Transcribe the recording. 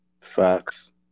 Facts